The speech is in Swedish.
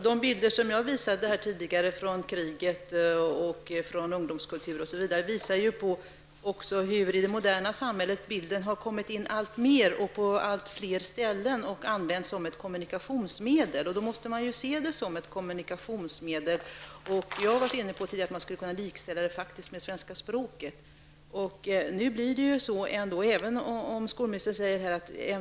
Herr talman! De bilder jag tidigare visade från kriget, ungdomskulturen osv., visar ju också på hur bilden kommit in alltmer och på allt fler ställen och används som ett kommunikationsmedel i det moderna samhället. Man måste då också se det som ett kommunikationsmedel. Jag har tidigare varit inne på tanken att man faktiskt skulle kunna jämställa det med det svenska språket.